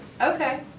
okay